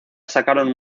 sacaron